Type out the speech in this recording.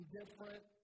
different